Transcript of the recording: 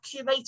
curated